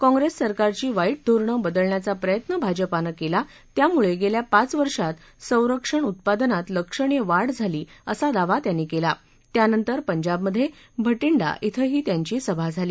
काँप्रेस सरकारची वाईट धोरणं बदलण्याचा प्रयत्न भाजपानं केला त्यामुळे गेल्या पाच वर्षात संरक्षण उत्पादनात लक्षणीय वाढ झाली असा दावा त्यांनी केला त्यानंतर पंजाबमधे भटिंडा शिंही त्यांची सभा झाली